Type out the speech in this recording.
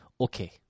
okay